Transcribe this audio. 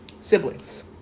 siblings